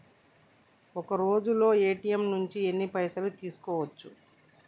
ఒక్కరోజులో ఏ.టి.ఎమ్ నుంచి ఎన్ని పైసలు తీసుకోవచ్చు?